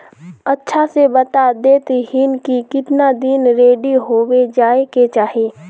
अच्छा से बता देतहिन की कीतना दिन रेडी होबे जाय के चही?